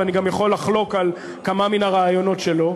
ואני גם יכול לחלוק על כמה מן הרעיונות שלו.